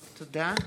תודה.